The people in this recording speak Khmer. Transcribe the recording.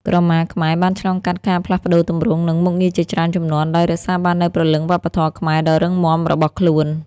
ក្រមាខ្មែរបានឆ្លងកាត់ការផ្លាស់ប្តូរទម្រង់ និងមុខងារជាច្រើនជំនាន់ ដោយរក្សាបាននូវព្រលឹងវប្បធម៌ខ្មែរដ៏រឹងមាំរបស់ខ្លួន។